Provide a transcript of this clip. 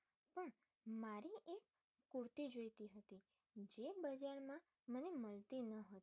પણ મારે એક કુર્તી જોઈતી હતી જે બજારમાં મને મળતી ન હતી